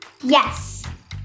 Yes